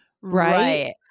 Right